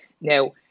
Now